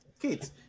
kids